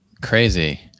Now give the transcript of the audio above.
Crazy